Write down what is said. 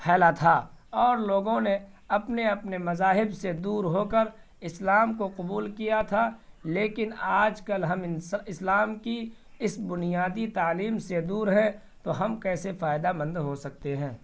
پھیلا تھا اور لوگوں نے اپنے اپنے مذاہب سے دور ہو کر اسلام کو قبول کیا تھا لیکن آج کل ہم اسلام کی اس بنیادی تعلیم سے دور ہیں تو ہم کیسے فائدہ مند ہو سکتے ہیں